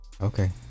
okay